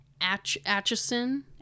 Atchison